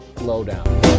Lowdown